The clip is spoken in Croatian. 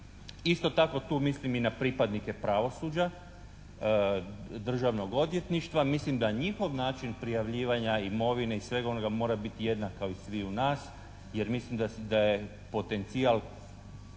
Isto tako tu mislim i na pripadnike pravosuđa, Državnog odvjetništva. Mislim da njihov način prijavljivanja imovine i svega onoga mora biti jednaka kao i sviju nas. Jer mislim da je potencijal